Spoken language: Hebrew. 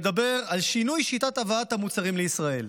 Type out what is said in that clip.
מדבר על שינוי שיטת הבאת המוצרים לישראל.